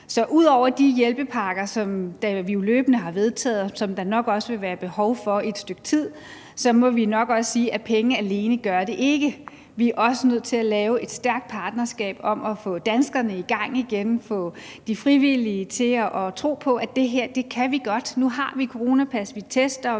Så ud over de hjælpepakker, som vi jo løbende har vedtaget, og som der nok også vil være behov for i et stykke tid, så må vi nok også sige, at penge alene gør det ikke. Vi er også nødt til at lave et stærkt partnerskab, der handler om at få danskerne i gang igen og få de frivillige til at tro på, at det her kan vi godt – nu har vi coronapas, vi tester,